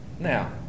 Now